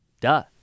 duh